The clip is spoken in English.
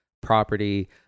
property